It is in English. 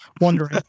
wondering